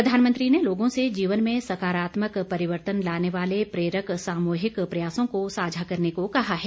प्रधानमंत्री ने लोगों से जीवन में सकारात्मक परिवर्तन लाने वाले प्रेरक सामूहिक प्रयासों को साझा करने को कहा है